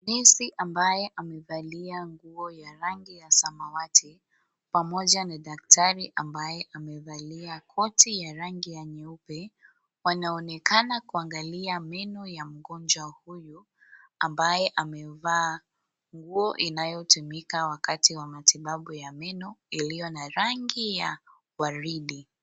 Nesi ambaye amevalia nguo ya rangi ya samwati,, pamoja na daktari ambaye amevalia koti ya rangi ya nyeupe wanaonekana kuangalia meno ya mgonjwa huyu ambaye amevaa nguo inayotumika wakati wa matibabu ya meno iliyo na rangi ya waridi.